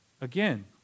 Again